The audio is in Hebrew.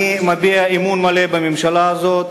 אני מביע אמון מלא בממשלה הזאת.